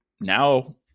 now